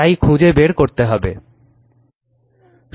তাই খুঁজে বের করতে হবে